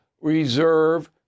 reserve